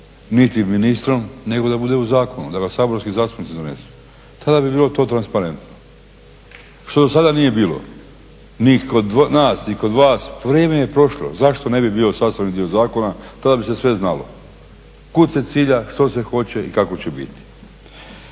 niti ministrom nego da bude u zakonu, da ga saborski zastupnici donesu. Tada bi bilo to transparentno, što dosada nije bilo ni kod nas ni kod vas. Vrijeme je prošlo, zašto ne bi bio sastavni dio zakona? Tada bi se sve znalo kud se cilja, što se hoće i kako će biti.